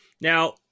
Now